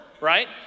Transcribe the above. right